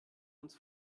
uns